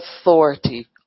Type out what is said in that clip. authority